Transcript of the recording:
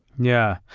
yeah.